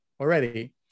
already